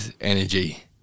energy